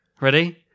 ready